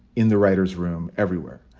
in the writers room, everywhere.